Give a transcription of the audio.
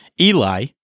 Eli